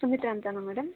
ಸುಮಿತ್ರಾ ಅಂತನಾ ಮೇಡಮ್